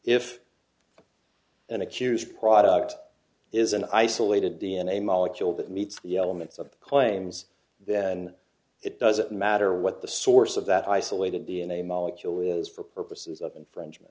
if an a curious product is an isolated d n a molecule that meets the elements of the claims then it doesn't matter what the source of that isolated d n a molecule is for purposes of infringement